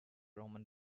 roman